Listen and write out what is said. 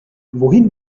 wohin